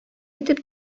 итеп